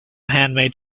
handmade